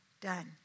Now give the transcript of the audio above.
done